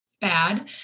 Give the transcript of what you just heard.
bad